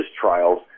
trials